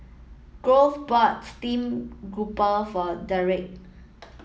Grove bought steamed grouper for Dedric